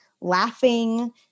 laughing